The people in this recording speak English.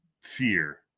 fear